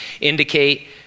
indicate